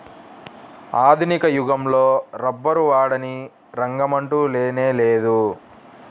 ఆధునిక యుగంలో రబ్బరు వాడని రంగమంటూ లేనేలేదు